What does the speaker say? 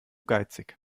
geizig